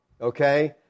Okay